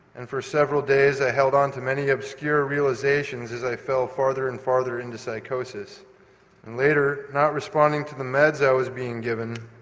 and for several days i held on to many obscure realisations as i fell further and further into psychosis. and later, not responding to the meds i was being given,